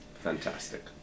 Fantastic